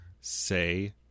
say